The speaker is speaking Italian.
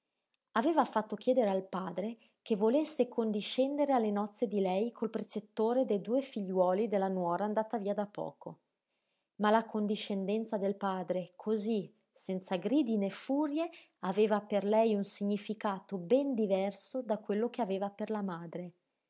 aveva fatto chiedere al padre che volesse condiscendere alle nozze di lei col precettore de due figliuoli della nuora andata via da poco ma la condiscendenza del padre cosí senza gridi né furie aveva per lei un significato ben diverso da quello che aveva per la madre